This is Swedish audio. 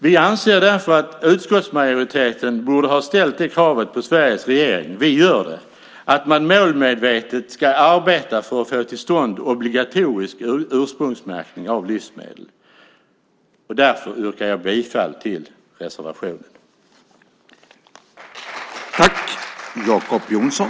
Vi anser därför att utskottsmajoriteten borde ha ställt det kravet på Sveriges regering, vi gör det, att man målmedvetet ska arbeta för att få till stånd obligatorisk ursprungsmärkning av livsmedel. Därför yrkar jag bifall till reservationen.